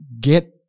get